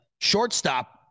shortstop